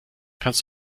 kannst